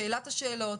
שאילת השאלות,